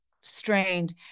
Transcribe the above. strained